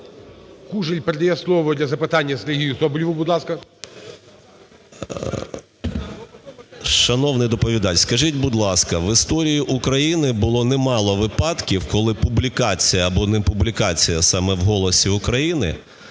Кужель передає слово для запитання Сергію Соболєву. Будь ласка. 16:13:01 СОБОЛЄВ С.В. Шановний доповідач, скажіть, будь ласка, в історії України було немало випадків, коли публікація або непублікація саме в "Голосі України"